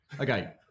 okay